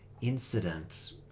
incident